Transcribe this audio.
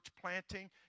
planting